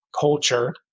culture